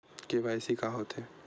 KYC का होथे?